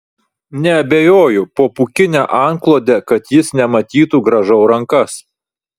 neabejoju po pūkine antklode kad jis nematytų grąžau rankas